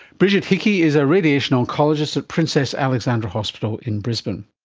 brigid hickey is a radiation oncologist at princess alexandra hospital in brisbane